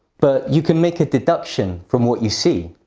but you can make a deduction from what you see.